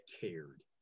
cared